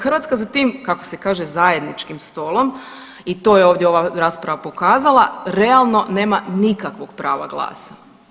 Hrvatska za tim kako se kaže zajedničkim stolom i to je ovdje ova rasprava pokazala realno nema nikakvog prava glasa.